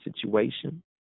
situation